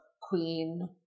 queen